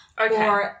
Okay